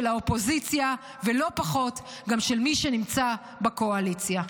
של האופוזיציה ולא פחות גם של מי שנמצא בקואליציה.